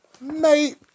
mate